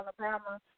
Alabama